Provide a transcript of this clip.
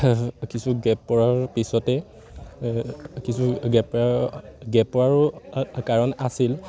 কিছু গেপ পৰাৰ পিছতেই কিছু গেপ গেপৰো কাৰণ আছিল